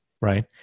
right